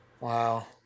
Wow